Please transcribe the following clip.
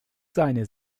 seine